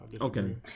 Okay